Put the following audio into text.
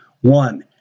One